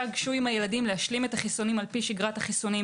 גשו עם הילדים להשלים את החיסונים על פי שגרת החיסונים.